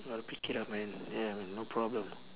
got to pick it up man ya man no problem